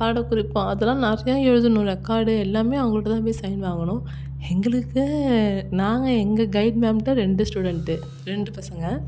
பாடக்குறிப்பு அதெல்லாம் நிறையா எழுதணும் ரெக்கார்டு எல்லாமே அவங்கள்ட்ட தான் போய் சைன் வாங்கணும் எங்களுக்கே நாங்கள் எங்கள் கைட் மேம்ட்ட ரெண்டு ஸ்டூடெண்ட்டு ரெண்டு பசங்கள்